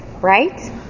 Right